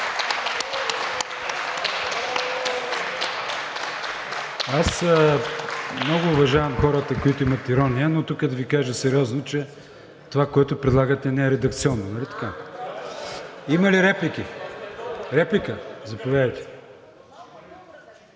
Аз много уважавам хората, които имат ирония, но тук да Ви кажа сериозно, че това, което предлагате, не е редакционно, нали така? Има ли реплики? Заповядайте,